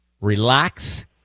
relax